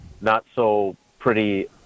not-so-pretty